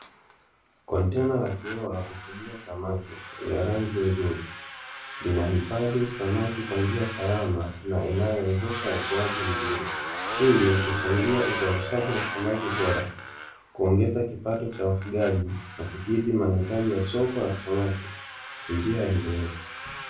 Kontena la kioo la kufugia samaki lenye rangi nzuri, linahifadhi samaki kwa njia salama na inayowezesha ukuaji mzuri ili kuchangia uzalishaji wa samaki bora, kuongeza kipato cha wafugaji na kukidhi mahitaji ya soko la samaki kwa njia endelevu.